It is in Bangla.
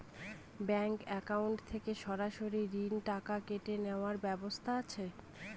ব্যাংক অ্যাকাউন্ট থেকে সরাসরি ঋণের টাকা কেটে নেওয়ার ব্যবস্থা আছে?